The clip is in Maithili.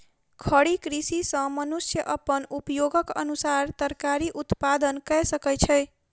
खड़ी कृषि सॅ मनुष्य अपन उपयोगक अनुसार तरकारी उत्पादन कय सकै छै